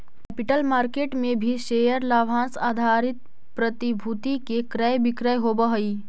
capital market में भी share लाभांश आधारित प्रतिभूति के क्रय विक्रय होवऽ हई